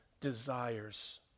desires